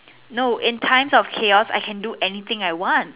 no in time's of chaos I can do anything I want